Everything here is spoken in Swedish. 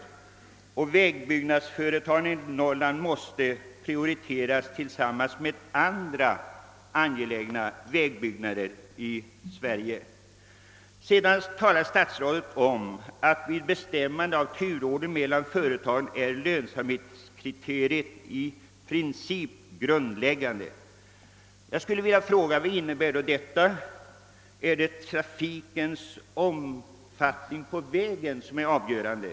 De norrländska vägbyggnadsföretagen måste prioriteras tillsammans med andra angelägna vägbyggnader i landet, vilket sker i samband med upprättandet av flerårsplanerna. Vid bestämmandet av turordningen mellan företagen är lönsamhetskriteriet i princip grundläggande ———.» Jag vill fråga: Vad innebär detta? Är det trafikens omfattning på vägen som är avgörande?